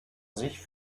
sich